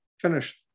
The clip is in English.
finished